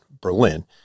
Berlin